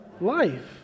life